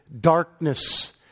darkness